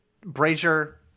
Brazier